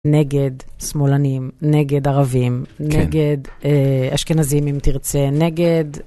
נגד שמאלנים, נגד ערבים, נגד אשכנזים, אם תרצה, נגד...